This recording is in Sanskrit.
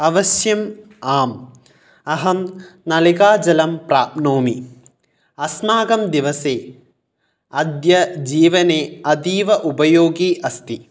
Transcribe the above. अवश्य्म आम् अहं नलिकाजलं प्राप्नोमि अस्माकं दिवसे अद्य जीवने अतीव उपयो अस्ति